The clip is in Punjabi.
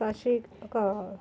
ਸਤਿ ਸ਼੍ਰੀ ਅਕਾਲ